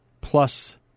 plus